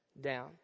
down